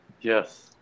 Yes